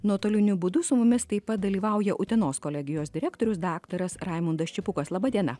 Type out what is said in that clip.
nuotoliniu būdu su mumis taip pat dalyvauja utenos kolegijos direktorius daktaras raimundas čepukas laba diena